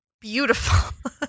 beautiful